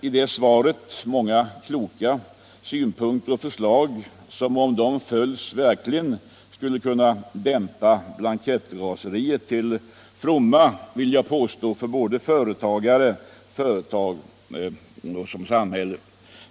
I det svaret finns många kloka synpunkter och förslag, som om de följs verkligen skulle kunna dämpa blankettraseriet till fromma för såväl företagare och företag som samhälle.